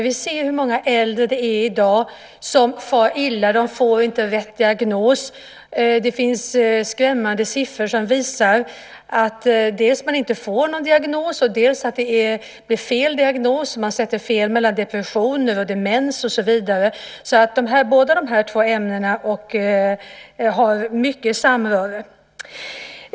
Vi ser hur många äldre det är som i dag far illa och inte får rätt diagnos. Det finns skrämmande siffror som visar att de dels inte får någon diagnos, dels får fel diagnos. Man sätter fel diagnos för depression, demens, och så vidare. Båda de här två ämnena har alltså mycket samröre.